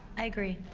i agree.